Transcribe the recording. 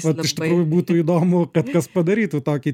vat iš tikrųjų būtų įdomukad kas padarytų tokį